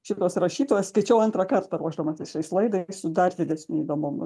šitos rašytojos skaičiau antrą kartą ruošdamasi šiais laidai su dar didesniu įdomumu